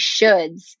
shoulds